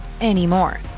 anymore